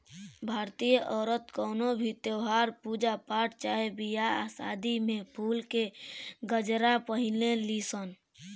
भारतीय औरत कवनो भी त्यौहार, पूजा पाठ चाहे बियाह शादी में फुल के गजरा पहिने ली सन